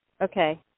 Okay